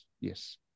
Yes